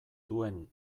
duen